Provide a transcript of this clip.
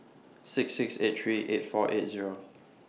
six six eight three eight four eight Zero